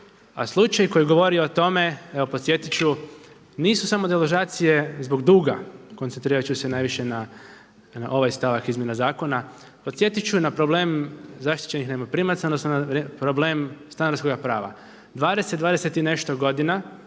a slučaj koji govori o tome evo podsjetit ću nisu samo deložacije zbog duga koncentrirat ću se najviše na ovaj stavak izmjena zakona, podsjetit ću na problem zaštićenih najmoprimaca odnosno problem stanarskoga prava. 20 i nešto godina